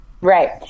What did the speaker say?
right